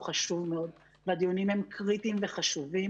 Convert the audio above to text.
חשוב מאוד והדיונים הם קריטיים וחשובים.